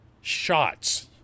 shots